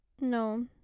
No